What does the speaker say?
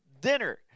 dinner